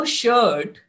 shirt